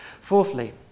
Fourthly